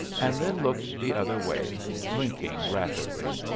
and then looked the other way, blinking rapidly.